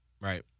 Right